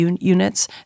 units